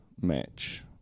match